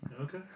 okay